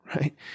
right